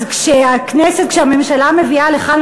אז כשהממשלה מביאה לכאן,